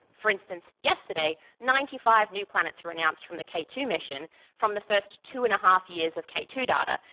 for instance, yesterday ninety five new planets were announced from the k two mission from the first two. and five years of k two data,